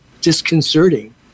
disconcerting